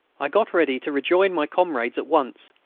i got ready to rejoin my comrades at once.